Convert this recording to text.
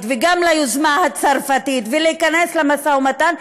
וגם ליוזמה הצרפתית ולהיכנס למשא-ומתן,